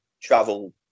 travel